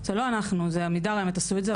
זה עמידר עשו את זה.